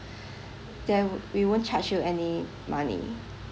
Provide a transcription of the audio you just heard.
there wo~ we won't charge you any money